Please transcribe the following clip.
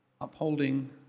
upholding